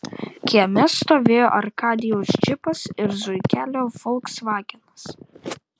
kieme stovėjo arkadijaus džipas ir zuikelio folksvagenas